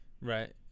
Right